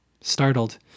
Startled